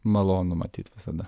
malonu matyt visada